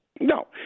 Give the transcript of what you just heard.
No